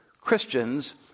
Christians